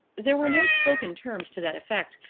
there were no spoken terms to that effect,